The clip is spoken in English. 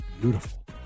beautiful